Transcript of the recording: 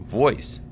voice